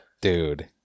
dude